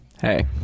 hey